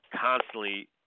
Constantly